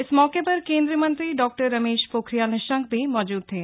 इस मौके पर केंद्रीय मंत्री डॉ रमेश पोखरियाल निशंक भी मौजूद थे